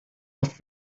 oft